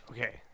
Okay